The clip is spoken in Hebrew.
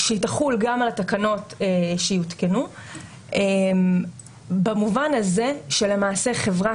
שהיא תחול גם על התקנות שיותקנו במובן הזה שלמעשה חברה